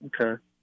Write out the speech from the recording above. Okay